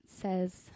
says